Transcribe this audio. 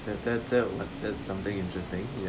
that that that there's something interesting